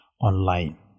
online